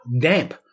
Damp